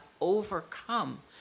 overcome